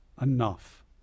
enough